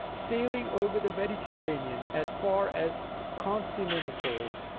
sailing over the mediterranean as far as constantinople,